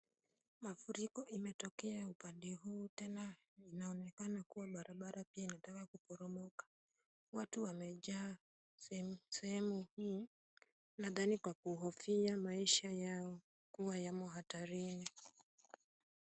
Mafuriko imetokea upande huu, tena inaonekana kuwa barabara pia inataka kuporomoka. Watu wamejaa sehemu hii, nadhani kwa kuhofia maisha yao kuwa yamo hatarini.